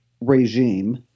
regime